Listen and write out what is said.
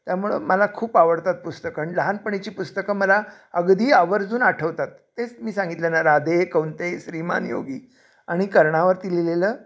त्यामुळं मला खूप आवडतात पुस्तकं आणि लहानपणीची पुस्तकं मला अगदी आवर्जून आठवतात तेच मी सांगितले ना राधेय कौंतेय श्रीमान योगी आणि कर्णावरती लिहिलेलं